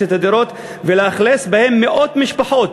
את הדירות ולאכלס אותן במאות משפחות.